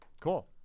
Cool